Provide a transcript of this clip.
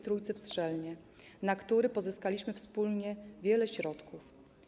Trójcy w Strzelnie, na który pozyskaliśmy wspólnie wiele środków.